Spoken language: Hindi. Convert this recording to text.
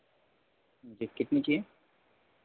कितनी चाहिए